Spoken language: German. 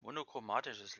monochromatisches